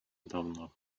давно